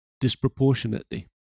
disproportionately